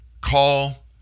call